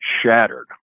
shattered